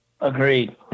Agreed